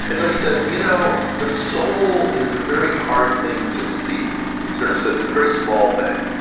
and so he says you know the soul is a very hard thing to see. he sort of says it's a very small thing.